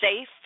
safe